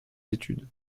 études